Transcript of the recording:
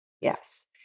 Yes